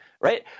right